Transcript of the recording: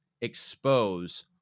expose